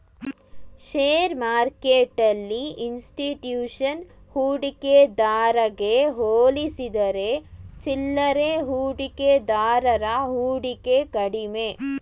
share ಮಾರ್ಕೆಟ್ಟೆಲ್ಲಿ institution ಹೂಡಿಕೆದಾರಗೆ ಹೋಲಿಸಿದರೆ ಚಿಲ್ಲರೆ ಹೂಡಿಕೆದಾರರ ಹೂಡಿಕೆ ಕಡಿಮೆ